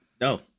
No